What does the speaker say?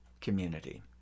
community